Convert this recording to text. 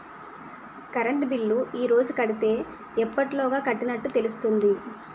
Current bill ఈ రోజు కడితే ఎప్పటిలోగా కట్టినట్టు తెలుస్తుంది?